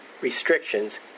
restrictions